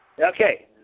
Okay